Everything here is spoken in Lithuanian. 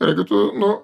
ir jeigu tu nu